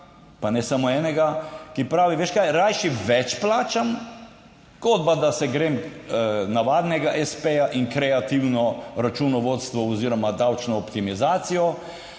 pa ne, samo enega, ki pravi, veš kaj, rajši več plačam, kot pa da se grem navadnega espeja in kreativno računovodstvo oziroma davčno optimizacijo,